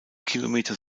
kilometer